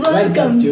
Welcome